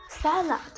salad